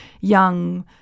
young